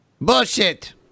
Bullshit